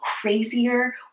crazier